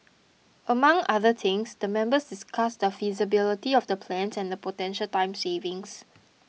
among other things the members discussed the feasibility of the plans and the potential time savings